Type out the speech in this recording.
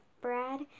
Brad